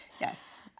Yes